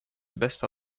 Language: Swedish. bästa